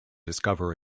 discover